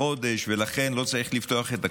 לחודש, ולכן לא צריך לפתוח את הכול.